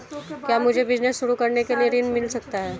क्या मुझे बिजनेस शुरू करने के लिए ऋण मिल सकता है?